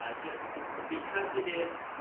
ah just because it is